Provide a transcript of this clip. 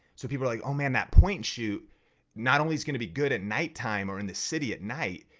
so people are like, oh man that point shoot not only is gonna be good at nighttime or in the city at night,